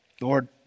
Lord